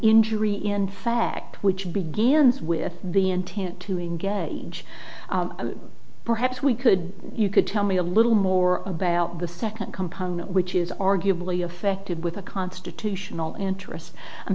injury in fact which begins with the intent to engage and perhaps we could you could tell me a little more about the second component which is arguably affected with a constitutional interest i'm